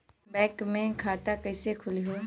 Bank मे खाता कईसे खुली हो?